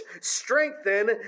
strengthen